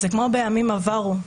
כמו בימים עברו,